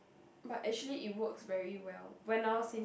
but actually it works very well when I was in